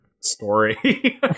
story